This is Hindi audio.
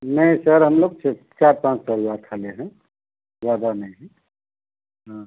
नहीं सर हम लोग सिर्फ़ चार पाँच परिवार ख़ाली है ज्यादा नहीं हाँ